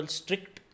strict